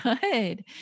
Good